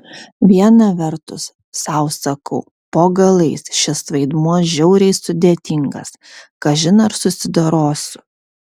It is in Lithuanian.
viena vertus sau sakau po galais šis vaidmuo žiauriai sudėtingas kažin ar susidorosiu